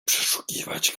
przeszukiwać